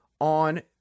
on